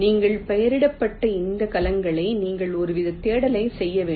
நீங்கள் பெயரிடப்பட்ட இந்த கலங்களை நீங்கள் ஒருவித தேடலை செய்ய வேண்டும்